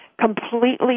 completely